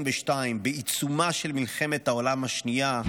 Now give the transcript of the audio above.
בעיצומה של מלחמת העולם השנייה,